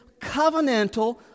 covenantal